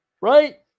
right